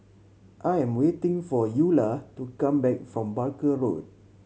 I am waiting for Eula to come back from Barker Road